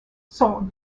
sont